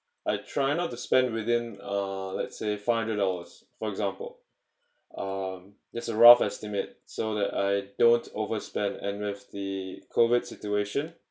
I try not to spend within uh let's say five hundred dollars for example um this a rough estimate so that I don't overspend and with the COVID situation